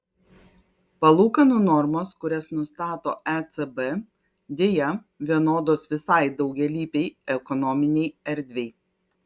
palūkanų normos kurias nustato ecb deja vienodos visai daugialypei ekonominei erdvei